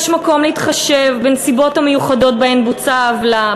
יש מקום להתחשב בנסיבות המיוחדות שבהן בוצעה העוולה,